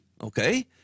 okay